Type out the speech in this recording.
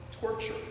torture